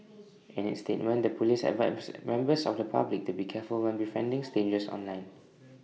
in its statement the Police advised members of the public to be careful when befriending strangers online